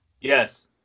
Yes